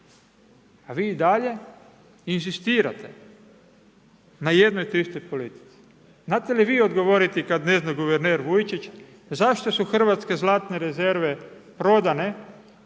A vi i dalje inzistirate na jednoj te istoj politici. Znate li odgovoriti kad ne zna guverner Vujčić zašto su hrvatske zlate rezerve prodane